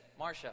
Marsha